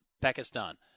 Pakistan